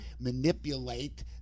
manipulate